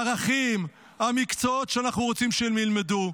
הערכים, המקצועות שאנחנו רוצים שהם ילמדו.